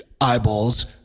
eyeballs